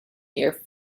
year